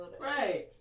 Right